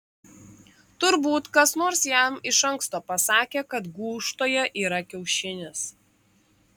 turbūt kas nors jam iš anksto pasakė kad gūžtoje yra kiaušinis